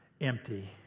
empty